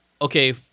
Okay